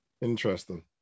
Interesting